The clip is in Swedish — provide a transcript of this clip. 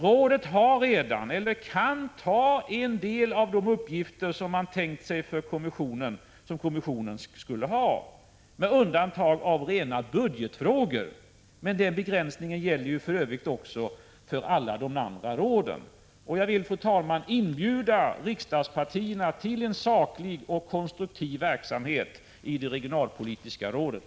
Rådet har redan, eller kan ta på sig, en del av de uppgifter som kommissionen skulle ha ålagts med undantag av rena budgetfrågor. Men denna begränsning gäller för övrigt alla de andra råden. Jag vill, fru talman, inbjuda riksdagspartierna till en saklig och konstruktiv verksamhet i det regionalpolitiska rådet.